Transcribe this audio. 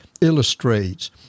illustrates